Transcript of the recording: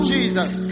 Jesus